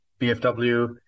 BFW